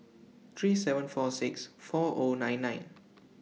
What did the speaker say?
three seven four six four O nine nine